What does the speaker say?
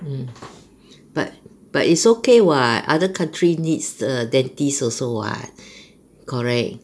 mm but but it's okay [what] other country needs a dentist also [what] correct